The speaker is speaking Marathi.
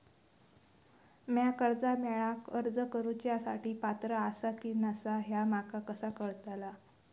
म्या कर्जा मेळाक अर्ज करुच्या साठी पात्र आसा की नसा ह्या माका कसा कळतल?